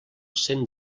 cent